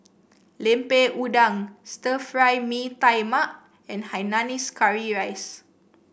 Lemper Udang Stir Fry Mee Tai Mak and Hainanese Curry Rice